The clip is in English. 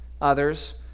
others